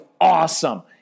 awesome